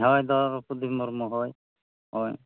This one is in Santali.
ᱦᱚᱭ ᱫᱚᱨᱚᱯᱚᱫᱤ ᱢᱩᱨᱢᱩ ᱦᱚᱭ ᱦᱚᱭ